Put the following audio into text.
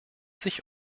sich